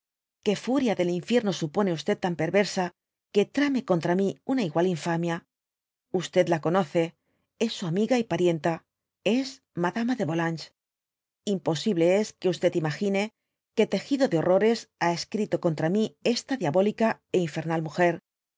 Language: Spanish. que furia dal infierno iidby google pone id tan perrersa que trame contra mi iina igual infamia la oonoce es su amiga y paricnta es madama de yolanges imposible es que imagine qué tegido de horrores ha escrito contra mi esta diabólica é infernal múger